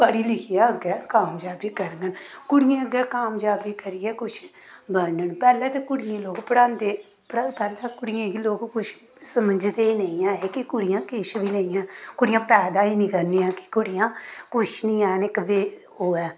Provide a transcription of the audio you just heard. पढ़ी लिखियै अग्गें कामजाबी करङन कुड़ियें अग्गें कामजाबी करियै कुछ बनन पैह्लें ते कुड़ियें गी लोक पढ़ांदे पैह्लें कुड़ियें गी लोग कुछ समझदे गै नेईं है हे कि कुड़ियां किश बी नेईं हैन कुड़ियां पैदा गै नेईं करनियां कि कुड़ियां कुछ नेईं हैन इक ते ओह् ऐ